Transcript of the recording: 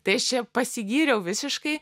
tai aš čia pasigyriau visiškai